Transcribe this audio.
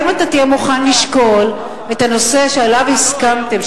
האם אתה תהיה מוכן לשקול את הנושא שעליו הסכמתם,